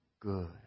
good